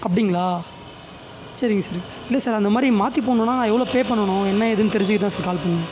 அப்படிங்களா சரிங்க சார் இல்லை சார் அந்த மாதிரி மாற்றி போடணுன்னா எவ்வளோ பே பண்ணணும் என்ன ஏதுன்னு தெரிஞ்சிக்க தான் சார் கால் பண்ணேன்